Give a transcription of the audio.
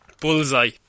Bullseye